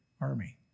army